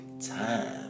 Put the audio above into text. time